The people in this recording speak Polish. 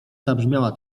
zabrzmiała